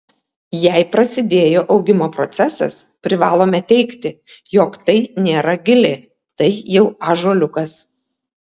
jei prasidėjo augimo procesas privalome teigti jog tai nėra gilė tai jau ąžuoliukas